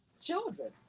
children